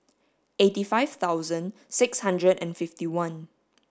eighty five thousand six hundred and fifty one